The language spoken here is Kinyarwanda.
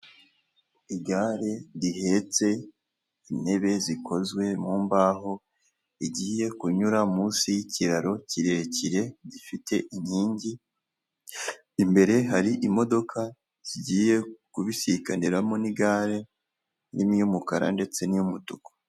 Igare rihetse intebe zikozwe mu mbaho, igiye kunyura munsi y’kiraro kirekire gifite inkingi. Imbere hari imodoka zigiye kubisiganiramo n’igare nini y’umukara ndetse n’iy’umutuku.